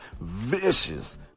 vicious